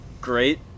great